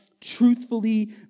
truthfully